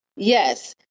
Yes